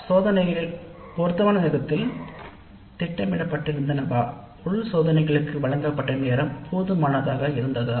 சோதனைகள் பொருத்தமான நேரத்தில் திட்டமிடப்பட்டிருந்தனவா வழங்கப்பட்ட நேரம் உள் சோதனைகள் போதுமானதாக இருந்ததா